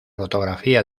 fotografía